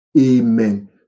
amen